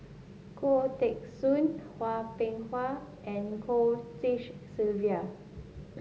Khoo Teng Soon Hwang Peng and Goh Tshin Sylvia